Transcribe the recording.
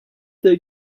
they